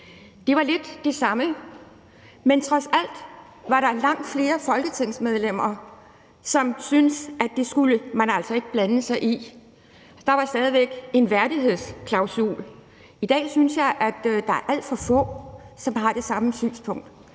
Det var lidt det samme, men der var trods alt langt flere folketingsmedlemmer, som syntes, at det skulle man altså ikke blande sig i. Der var stadig væk en værdighedsklausul. I dag synes jeg, at der er alt for få, som har det samme synspunkt.